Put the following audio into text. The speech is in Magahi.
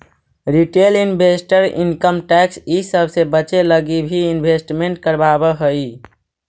रिटेल इन्वेस्टर इनकम टैक्स इ सब से बचे लगी भी इन्वेस्टमेंट करवावऽ हई